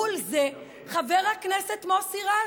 מול זה, חבר הכנסת מוסי רז,